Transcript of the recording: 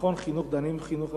נכון שבחינוך דנים בחינוך,